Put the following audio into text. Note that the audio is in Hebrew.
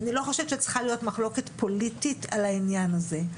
אני לא חושבת שצריכה להיות מחלוקת פוליטית על העניין הזה,